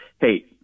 Hey